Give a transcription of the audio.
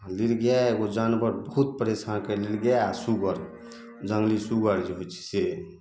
आओर नीलगाइ एगो जानवर बहुत परेशान करै यऽ नीलगाइ आओर सुग्गर जङ्गली सुग्गर जे होइ छै से